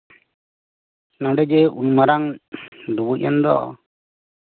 ᱱᱚᱰᱮ ᱡᱮ ᱱᱩᱱ ᱢᱟᱨᱟᱝ ᱰᱩᱵᱩᱡ ᱮᱱ ᱫᱚ